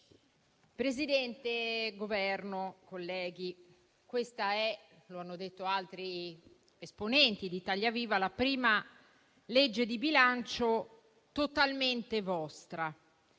del Governo, colleghi, questa, come hanno detto altri esponenti di Italia Viva, è la prima legge di bilancio totalmente vostra.